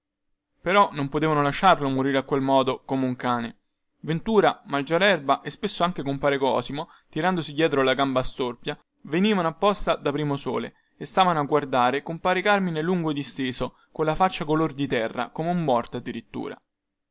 però non potevano lasciarlo morire a quel modo come un cane ventura mangialerba e spesso anche compare cosimo tirandosi dietro la gamba storpia venivano apposta da primosole e stavano a guardare compare carmine lungo disteso con la faccia color di terra come un morto addirittura